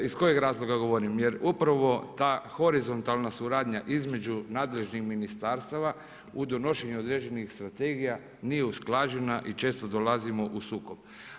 Iz kojeg razloga govorim jer upravo ta horizontalna suradnja između nadležnih ministarstava u donošenju određenih strategija nije usklađena i često dolazimo u sukob.